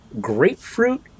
Grapefruit